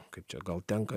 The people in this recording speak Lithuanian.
kaip čia gal tenka